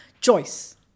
choice